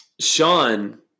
Sean